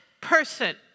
person